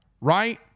right